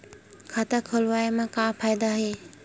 खाता खोलवाए मा का फायदा हे